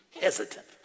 hesitant